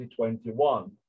2021